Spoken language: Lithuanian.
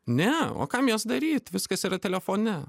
ne o kam jas daryt viskas yra telefone